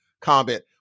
comment